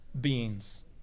beings